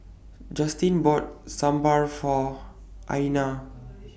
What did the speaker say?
Justin bought Sambar For Aiyana